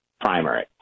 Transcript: primary